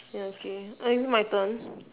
ya okay uh is it my turn